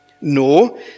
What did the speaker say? No